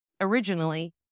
originally